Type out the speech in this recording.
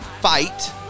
fight